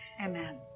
Amen